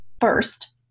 first